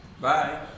Bye